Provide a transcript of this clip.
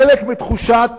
חלק מתחושת